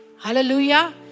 Hallelujah